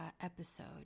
episode